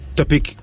topic